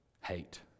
hate